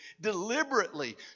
deliberately